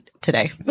today